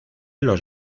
los